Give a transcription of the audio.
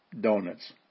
donuts